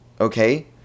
okay